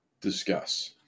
Discuss